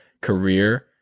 career